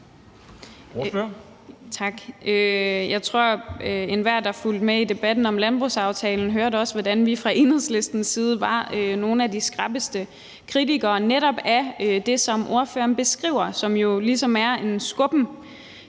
Jeg tror, at enhver, der fulgte med i debatten om landbrugsaftalen, også hørte, hvordan vi fra Enhedslistens side var nogle af de skrappeste kritikere af netop det, som ordføreren beskriver, som jo ligesom er en skubben